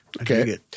Okay